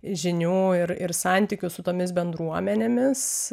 žinių ir ir santykių su tomis bendruomenėmis